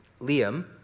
Liam